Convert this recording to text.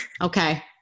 Okay